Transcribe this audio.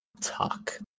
talk